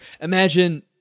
imagine